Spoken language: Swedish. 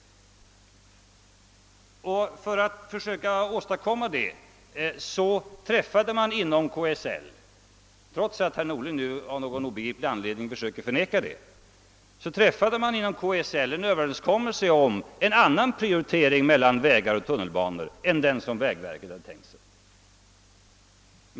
För att göra det träffade man inom KSL — trots att herr Norling av någon obegriplig anledning försökte förneka det — en överenskommelse om en annan prioritering mellan vägar och tunnelbanor än den som vägverket hade tänkt sig.